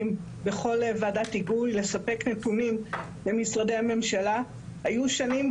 כמו שנאמר